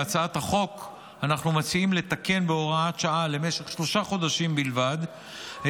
בהצעת החוק אנחנו מציעים לתקן בהוראת שעה למשך שלושה חודשים את הפקודה,